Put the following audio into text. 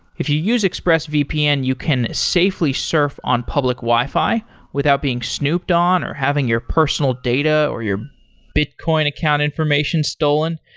if you use expressvpn, you can safely surf on public wi-fi without being snooped on or having your personal data or your bitcoin account information stolen.